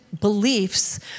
beliefs